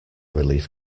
relief